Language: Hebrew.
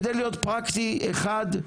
כדי להיות פרקטי, אחד,